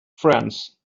friends